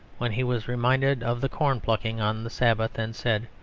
when he was reminded of the corn-plucking on the sabbath, and said,